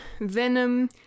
Venom